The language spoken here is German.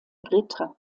ritter